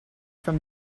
from